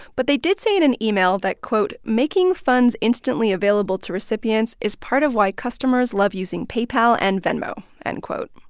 but they did say in an email that, quote, making funds instantly available to recipients is part of why customers love using paypal and venmo, end quote.